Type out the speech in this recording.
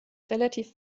relativ